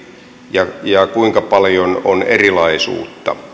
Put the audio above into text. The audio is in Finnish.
ja ja kuinka paljon on erilaisuutta